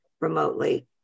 remotely